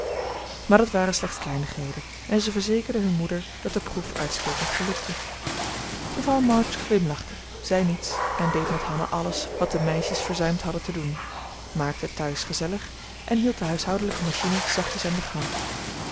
maar dat waren slechts kleinigheden en ze verzekerden hun moeder dat de proef uitstekend gelukte mevrouw march glimlachte zei niets en deed met hanna alles wat de meisjes verzuimd hadden te doen maakte thuis gezellig en hield de huishoudelijke machine zachtjes aan den gang